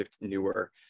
newer